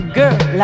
girl